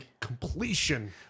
completion